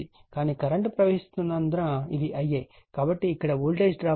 కానీ కరెంట్ ప్రవహిస్తున్నందున ఇది Ia కాబట్టి ఇక్కడ వోల్టేజ్ డ్రాప్ ఉంటుంది